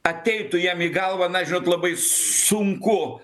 ateitų jam į galvą na žinot labai sunku